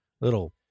Little